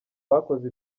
bakoze